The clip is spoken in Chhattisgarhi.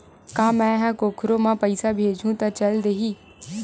का मै ह कोखरो म पईसा भेजहु त चल देही?